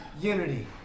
unity